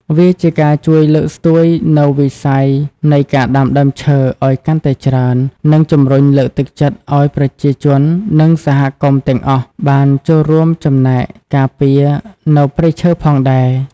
វាជាការជួយលើកស្ទួយនូវវិស័យនៃការដាំដើមឈើឲ្យកាន់តែច្រើន និងជំរុញលើកទឹកចិត្តឲ្យប្រជាជននិងសហគមន៍ទាំងអស់បានចូលរួមចំណែកការពារនៅព្រៃឈើផងដែរ។